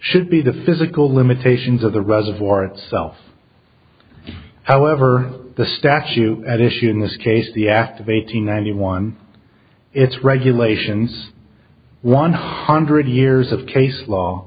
should be the physical limitations of the reservoir itself however the statue at issue in this case the act of eight hundred ninety one it's regulations one hundred years of case law